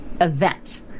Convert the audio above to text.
event